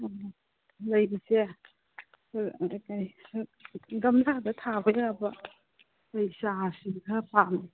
ꯑꯣ ꯂꯩꯁꯦ ꯀꯔꯤ ꯒꯝꯂꯥꯗ ꯊꯥꯕ ꯌꯥꯕ ꯂꯩ ꯆꯥꯔꯁꯤꯡ ꯈꯔ ꯄꯥꯝꯃꯤ